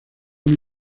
una